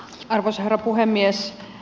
arvoisa herra puhemies